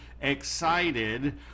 excited